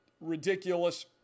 ridiculous